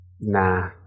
Nah